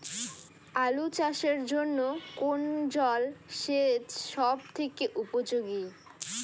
আলু চাষের জন্য কোন জল সেচ সব থেকে উপযোগী?